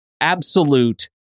absolute